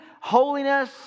holiness